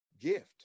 gift